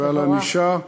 ועל ענישה.